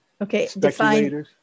okay